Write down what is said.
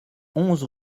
onze